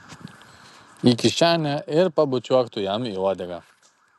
į kišenę ir pabučiuok tu jam į uodegą